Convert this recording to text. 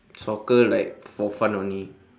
soccer like for fun only